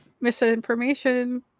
misinformation